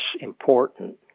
important